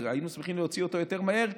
היינו שמחים להוציא אותו יותר מהר,